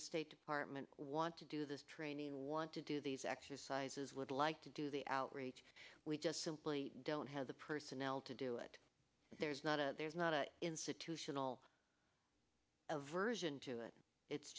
the state department want to do the training want to do these exercises would like to do the outreach we just simply don't have the personnel to do it there's not a there's not an institutional aversion to it it's